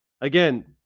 again